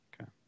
Okay